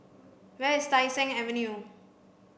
where is Tai Seng Avenue